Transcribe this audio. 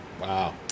wow